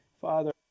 Father